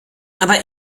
aber